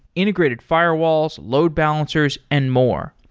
integrated firewalls, load balancers and more.